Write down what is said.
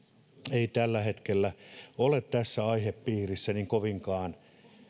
ei tällä hetkellä ole tässä aihepiirissä niin kovinkaan